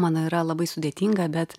mano yra labai sudėtinga bet